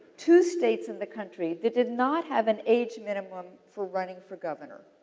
two states in the country that did not have an age minimum for running for governor.